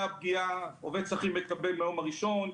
הפגיעה: עובד שכיר מקבל מהיום הראשון,